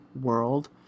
World